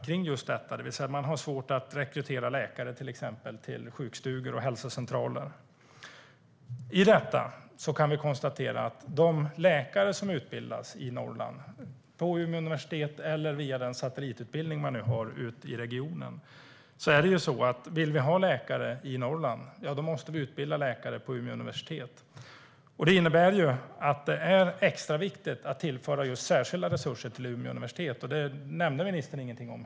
Man har till exempel svårt att rekrytera läkare till sjukstugor och hälsocentraler. I detta kan vi konstatera att de läkare som utbildas i Norrland får sin utbildning på Umeå universitet eller via den satellitutbildning man har i regionen. Vill vi ha läkare i Norrland måste vi alltså utbilda dem på Umeå universitet. Det innebär att det är extra viktigt att tillföra särskilda resurser till Umeå universitet. Detta nämnde ministern inget om.